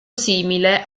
simile